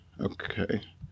Okay